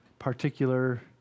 particular